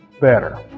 better